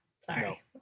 sorry